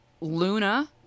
Luna